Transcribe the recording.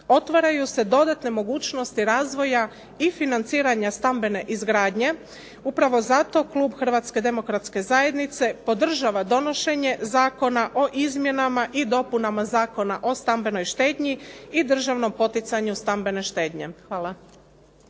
otvaraju se dodatne mogućnosti razvoja i financiranja stambene izgradnje. Upravo klub Hrvatske demokratske zajednice podržava donošenje Zakona o izmjenama i dopunama Zakona o stambenoj štednji i državnom poticanju stambene štednje. Hvala.